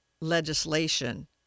legislation